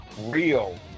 Real